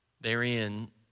Therein